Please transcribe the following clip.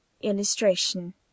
Illustration